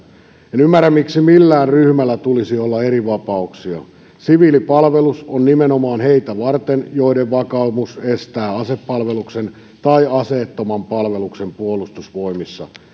en ymmärrä miksi millään ryhmällä tulisi olla erivapauksia siviilipalvelus on nimenomaan heitä varten joiden vakaumus estää asepalveluksen tai aseettoman palveluksen puolustusvoimissa